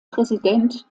präsident